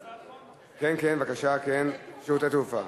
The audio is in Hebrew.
כן, כן, בבקשה, שירותי תעופה.